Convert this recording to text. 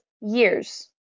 years